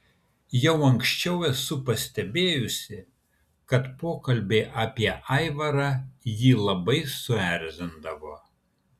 jau anksčiau esu pastebėjusi kad pokalbiai apie aivarą jį labai suerzindavo